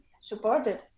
supported